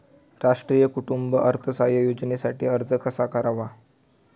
राष्ट्रीय कुटुंब अर्थसहाय्य योजनेसाठी अर्ज कसा करावा?